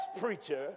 preacher